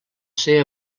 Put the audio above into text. ser